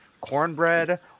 Cornbread